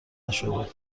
نشده